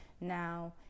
now